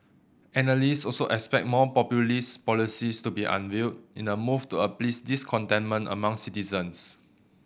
analysts also expect more populist policies to be unveiled in a move to appease discontentment among citizens